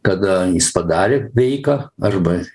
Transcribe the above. kada jis padarė veiką arba